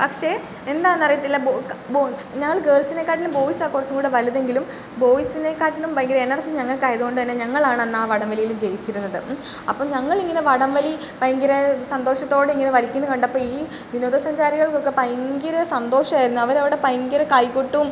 പക്ഷേ എന്താന്നറിയത്തില്ല ബൊ ക ബൊ ഞങ്ങൾ ഗേൾസിനെ കാട്ടിലും ബോയ്സ് ആണ് കുറച്ചും കൂടെ വലുതെങ്കിലും ബോയ്സിനെ കാട്ടിലും ഭയങ്കര എനർജി ഞങ്ങൾക്കായതോണ്ട് തന്നെ ഞങ്ങളാണ് അന്ന് ആ വടം വലിയിൽ ജയിച്ചിരുന്നത് അപ്പം ഞങ്ങൾ ഇങ്ങനെ വടം വലി ഭയങ്കര സന്തോഷത്തോടെ ഇങ്ങനെ വലിക്കുന്നത് കണ്ടപ്പോൾ ഈ വിനോദസഞ്ചാരികൾക്കൊക്കെ ഭയങ്കര സന്തോഷമായിരുന്നു അവരവിടെ ഭയങ്കര കൈ കൊട്ടും